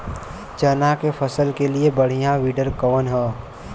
चना के फसल के लिए बढ़ियां विडर कवन ह?